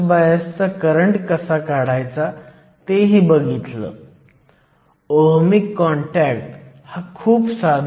built in potential देखील लहान आहे त्याच वेळी ni मोठा आहे म्हणजे Jso देखील मोठा आहे